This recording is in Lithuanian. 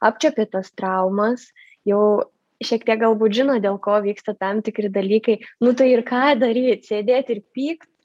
apčiuopė tas traumas jau šiek tiek galbūt žino dėl ko vyksta tam tikri dalykai nu tai ir ką daryt sėdėt ir pykt